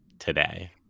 today